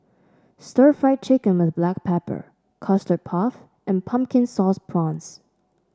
Stir Fried Chicken with Black Pepper Custard Puff and Pumpkin Sauce Prawns